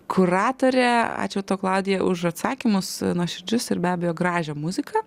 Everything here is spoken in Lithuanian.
kuratorė ačiū tau klaudija už atsakymus nuoširdžius ir be abejo gražią muziką